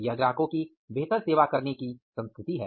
यह ग्राहकों की बेहतर सेवा करने की संस्कृति है